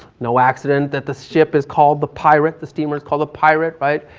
no accident that the ship is called the pirate, the steamer is called the pirate. right?